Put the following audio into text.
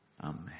Amen